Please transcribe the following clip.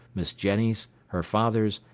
miss jenny's, her father's,